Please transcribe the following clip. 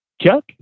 Chuck